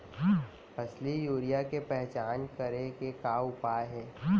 असली यूरिया के पहचान करे के का उपाय हे?